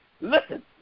listen